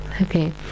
Okay